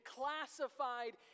classified